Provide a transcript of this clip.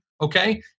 Okay